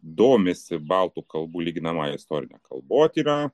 domisi baltų kalbų lyginamąja istorine kalbotyra